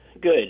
good